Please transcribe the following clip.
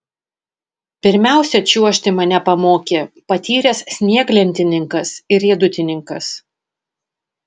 pirmiausia čiuožti mane pamokė patyręs snieglentininkas ir riedutininkas